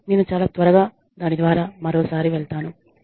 నేను చాలా త్వరగా దాని ద్వారా మరోసారి వెళ్తాను